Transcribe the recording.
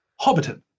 Hobbiton